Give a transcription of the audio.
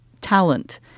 talent